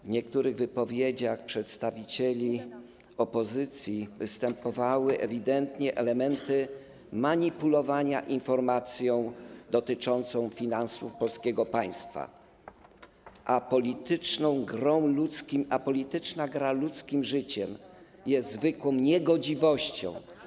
W niektórych wypowiedziach przedstawicieli opozycji występowały ewidentnie elementy manipulowania informacją dotyczącą finansów polskiego państwa, a polityczna gra ludzkim życiem jest zwykłą niegodziwością.